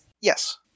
Yes